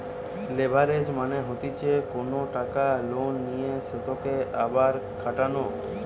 leverage মানে হতিছে কোনো টাকা লোনে নিয়ে সেতকে আবার খাটানো